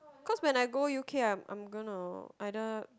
cause when I go u_k I'm I'm gonna either